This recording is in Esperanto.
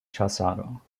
ĉasado